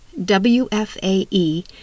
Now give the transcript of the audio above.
WFAE